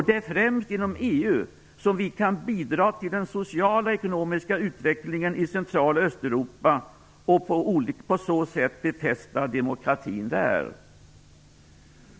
Det är främst genom EU som vi kan bidra till den sociala och ekonomiska utvecklingen i Central och Östeuropa och på så sätt befästa demokratin där.